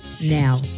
now